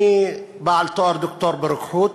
אני בעל תואר דוקטור ברוקחות,